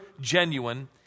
genuine